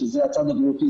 שזה הצד הבריאותי,